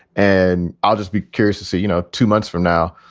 and i'll just be curious to see, you know, two months from now,